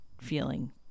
feeling